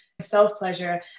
self-pleasure